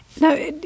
Now